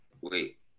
Wait